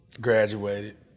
graduated